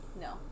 no